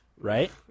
right